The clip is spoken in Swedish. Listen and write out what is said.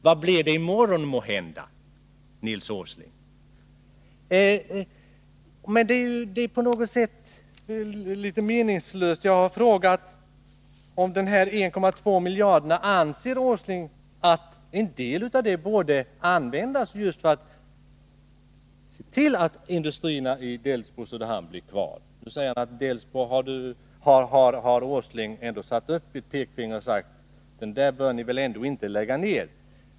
Vad blir det i morgon, Nils Åsling? Jag har frågat, beträffande de 1,2 miljarderna, om Nils Åsling inte anser att en del borde användas just för att industrierna i Delsbo och Söderhamn skall kunna bli kvar. Beträffande Delsbo har Nils Åsling satt upp ett finger och sagt: Den fabriken bör ni inte lägga ned!